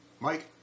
Mike